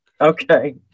Okay